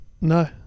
no